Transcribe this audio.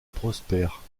prospère